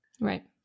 Right